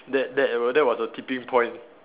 that that that was the tipping point